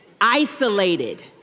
isolated